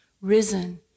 risen